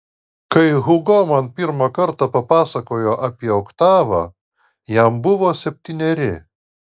kai hugo man pirmą kartą papasakojo apie oktavą jam buvo septyneri